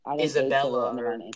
Isabella